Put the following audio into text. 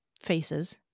faces